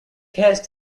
haste